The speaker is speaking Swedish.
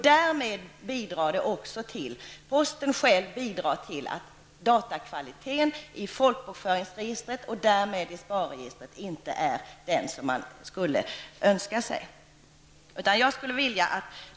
Därmed bidrar posten själv till att datakvaliteten i folkbokföringsregistret och därmed i SPAR-registret inte är den som man skulle önska.